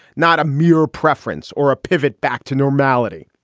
not a mere preference or a pivot back to normality.